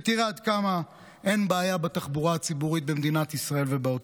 שתראה עד כמה אין בעיה בתחבורה הציבורית במדינת ישראל ובעוטף.